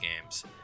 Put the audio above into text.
games